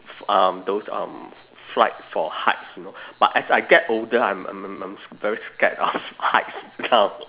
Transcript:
um those um fright for heights you know but as I get older I'm I'm I'm I'm sc~ very scared of heights now